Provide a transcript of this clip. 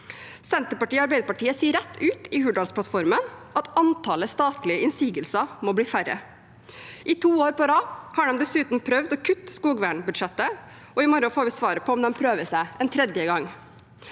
Senterpartiet og Arbeiderpartiet sier rett ut i Hurdalsplattformen at antallet statlige innsigelser må bli færre. I to år på rad har de dessuten prøvd å kutte i skogvernbudsjettet, og i morgen får vi svaret på om de prøver seg en tredje gang.